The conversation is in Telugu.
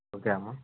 ఓకే అమ్మ